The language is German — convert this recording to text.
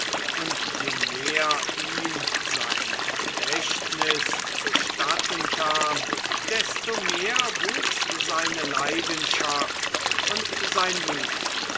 und je mehr ihm sein gedächtnis zustatten kam desto mehr wuchs seine leidenschaft und sein mut